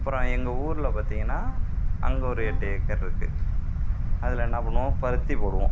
அப்புறம் எங்கள் ஊரில் பார்த்திங்கனா அங்கே ஒரு எட்டு ஏக்கர் இருக்குது அதில் என்ன பண்ணுவோம் பருத்தி போடுவோம்